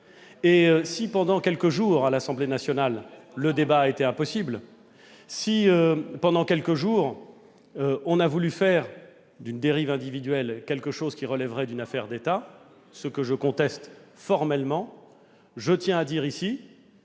Si pendant quelques jours, à l'Assemblée nationale, le débat a été impossible, si pendant quelques jours on a voulu faire d'une dérive individuelle quelque chose qui relèverait d'une affaire d'État, ce que je conteste formellement, je tiens à dire ici